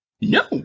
No